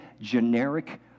generic